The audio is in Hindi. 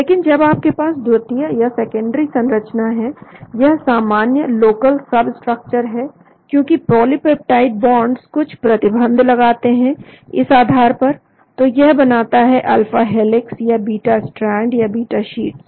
लेकिन जब आपके पास द्वितीय या सेकेंडरी संरचना है यह सामान्य लोकल सब स्ट्रक्चर है क्योंकि पॉलिपेप्टाइड बॉन्ड्स कुछ प्रतिबंध लगाते हैं इस आधार पर तो यह बनाता है अल्फा हेलिक्स या बीटा स्ट्रैंड या बीटा शीट्स